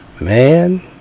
Man